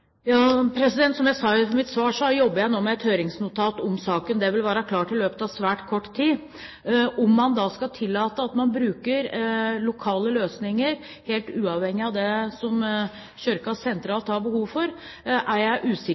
Som jeg sa i mitt svar, jobber jeg nå med et høringsnotat om saken. Det vil være klart i løpet av svært kort tid. Om man da skal tillate at man bruker lokale løsninger helt uavhengig av det som Kirken sentralt har behov for, er jeg usikker